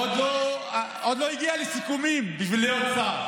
עוד לא הגיע לסיכומים בשביל להיות שר.